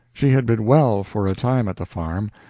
she had been well far a time at the farm,